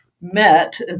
met